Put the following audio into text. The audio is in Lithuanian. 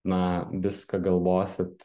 na viską galvosit